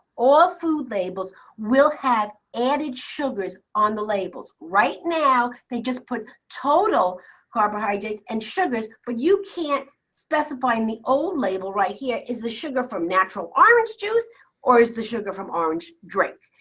all food labels will have added sugars on the labels. right now, they just put total carbohydrates and sugars, but you can't specify in the old label. right here is the sugar from natural orange juice or is the sugar from orange drink.